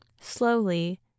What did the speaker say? Slowly